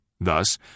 thus